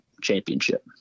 championship